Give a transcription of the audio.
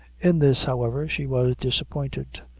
in this, however, she was disappointed.